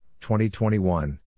2021